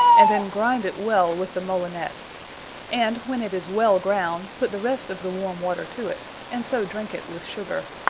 and then grinde it well with the molinet and when it is well ground, put the rest of the warme water to it and so drinke it with sugar.